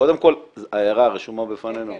קודם כל ההערה רשומה בפנינו כהערה?